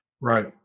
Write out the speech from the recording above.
right